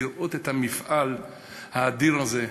לראות את המפעל האדיר הזה,